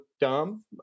dumb